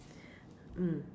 mm